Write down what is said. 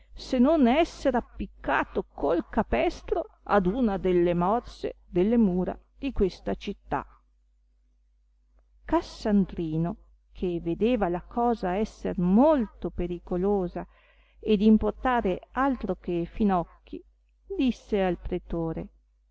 se non esser appiccato col capestro ad una delle morse delle mura di questa città cassandrino che vedeva la cosa esser molto pericolosa ed importare altro che finocchi disse al pretore